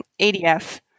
ADF